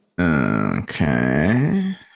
Okay